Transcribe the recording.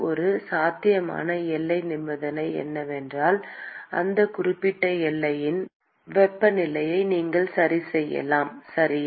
ஒரு சாத்தியமான எல்லை நிபந்தனை என்னவென்றால் அந்த குறிப்பிட்ட எல்லையின் வெப்பநிலையை நீங்கள் சரிசெய்யலாம் சரியா